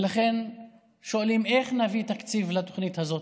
ולכן שואלים: איך נביא תקציב לתוכנית הזאת?